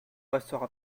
restera